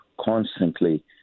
constantly